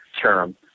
term